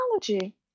technology